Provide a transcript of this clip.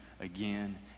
again